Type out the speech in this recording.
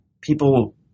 People